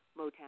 Motown